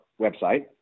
website